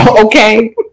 okay